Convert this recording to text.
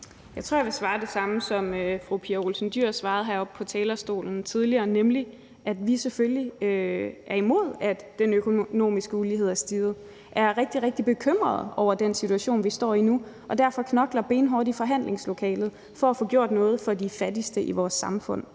Jeg tror, jeg vil svare det samme, som fru Pia Olsen Dyhr svarede heroppe fra talerstolen tidligere, nemlig at vi selvfølgelig er imod, at den økonomiske ulighed er steget. Vi er rigtig, rigtig bekymrede over den situation, vi står i nu, og derfor knokler vi benhårdt i forhandlingslokalet for at få gjort noget for de fattigste i vores samfund.